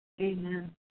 Amen